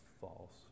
false